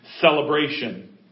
celebration